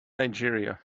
nigeria